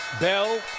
bell